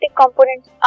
components